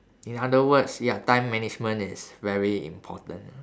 in other words ya time management is very important uh